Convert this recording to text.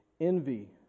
envy